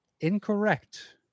Incorrect